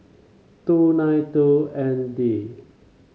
two nine two N D